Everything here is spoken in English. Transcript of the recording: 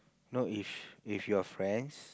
no if if your friends